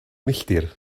milltir